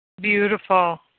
Beautiful